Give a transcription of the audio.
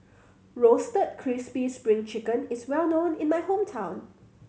Roasted Crispy Spring Chicken is well known in my hometown